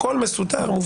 הכול מסודר, מובנה.